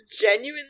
genuinely